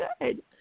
good